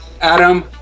Adam